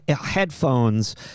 headphones